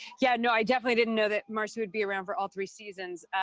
yeah. no, i definitely didn't know that marci would be around for all three seasons,